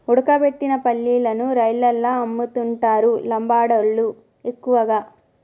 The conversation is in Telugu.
ఉడకబెట్టిన పల్లీలను రైలల్ల అమ్ముతుంటరు లంబాడోళ్ళళ్లు ఎక్కువగా